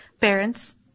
parents